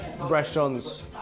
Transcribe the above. restaurants